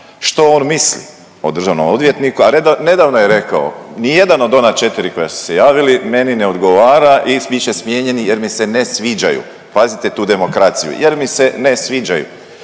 što on misli o državnom odvjetniku, a nedavno je rekao, nijedan od ona 4 koji su se javili meni ne odgovara i bit će smijenjeni jer mi se ne sviđaju. Pazite tu demokraciju, jer mi se ne sviđaju.